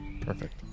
Perfect